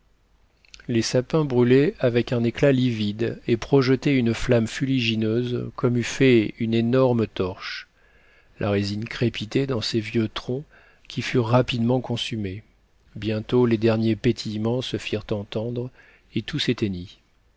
les sapins brûlaient avec un éclat livide et projetaient une flamme fuligineuse comme eût fait une énorme torche la résine crépitait dans ces vieux troncs qui furent rapidement consumés bientôt les derniers pétillements se firent entendre et tout